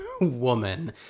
woman